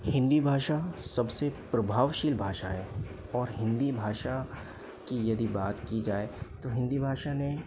हिंदी भाषा सबसे प्रभावशील भाषा है और हिंदी भाषा की यदि बात की जाए तो हिंदी भाषा ने